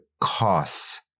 costs